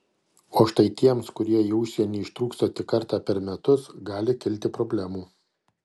o štai tiems kurie į užsienį ištrūksta tik kartą per metus gali kilti problemų